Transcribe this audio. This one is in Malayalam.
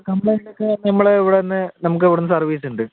കംപ്ലൈൻ്റ് ഒക്കെ നമ്മൾ ഇവിടെ നിന്ന് നമുക്ക് ഇവിടെനിന്ന് സർവ്വീസ് ഉണ്ട്